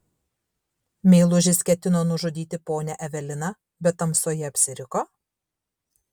meilužis ketino nužudyti ponią eveliną bet tamsoje apsiriko